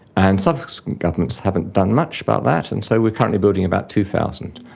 and subsequent governments haven't done much about that, and so we are currently building about two thousand.